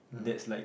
mmhmm